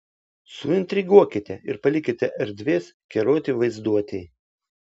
suintriguokite ir palikite erdvės keroti vaizduotei